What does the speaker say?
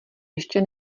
ještě